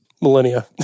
Millennia